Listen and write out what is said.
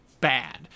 bad